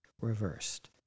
reversed